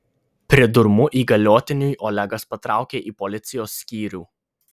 pridurmu įgaliotiniui olegas patraukė į policijos skyrių